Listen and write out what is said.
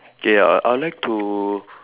K I I would like to